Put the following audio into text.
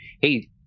Hey